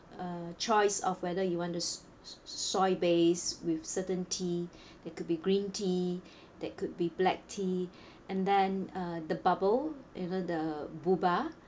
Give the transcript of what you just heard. uh choice of whether you want the s~ soy base with certain tea they could be green tea that could be black tea and then(uh) the bubble even the boba